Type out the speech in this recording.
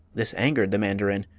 this angered the mandarin,